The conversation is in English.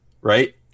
right